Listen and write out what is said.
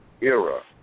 era